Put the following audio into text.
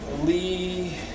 Lee